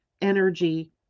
energy